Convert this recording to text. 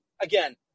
Again